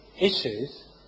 issues